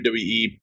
WWE